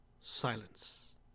Silence